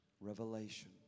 revelation